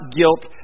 guilt